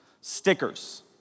Stickers